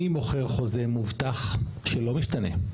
אני מוכר חוזה מובטח שלא משתנה.